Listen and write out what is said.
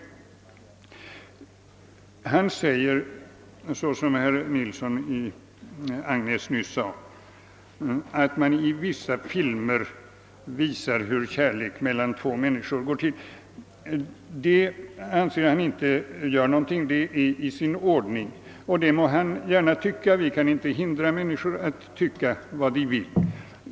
Herr Hermansson säger, som herr Nilsson i Agnäs nyss nämnde, att man i vissa filmer visar hur kärlek mellan två människor går till. Det anser han inte göra någonting, det är i sin ordning. Det må han gärna tycka; vi kan inte hindra människor att tycka vad de vill.